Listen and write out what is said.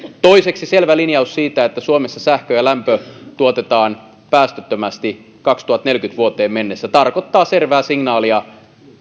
toiseksi selvä linjaus siitä että suomessa sähkö ja lämpö tuotetaan päästöttömästi vuoteen kaksituhattaneljäkymmentä mennessä tarkoittaa selvää signaalia